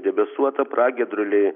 debesuota pragiedruliai